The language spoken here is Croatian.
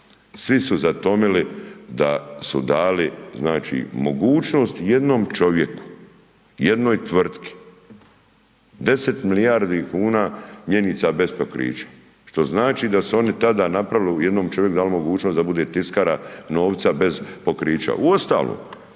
svi su zatomili da su dali znači mogućnost jednom čovjeku, jednoj tvrtki deset milijardi kuna mjenica bez pokrića, što znači da su oni tada napravili u, jednom čovjeku dali mogućnost da bude tiskara novca bez pokrića.